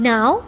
Now